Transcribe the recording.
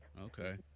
okay